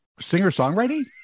Singer-songwriter